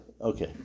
Okay